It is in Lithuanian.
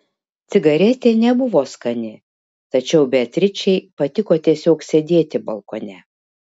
cigaretė nebuvo skani tačiau beatričei patiko tiesiog sėdėti balkone